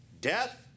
death